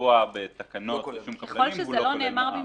שקבוע בתקנות לא מקבל מע"מ.